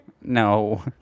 No